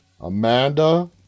Amanda